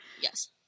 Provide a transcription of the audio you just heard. Yes